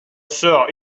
sœur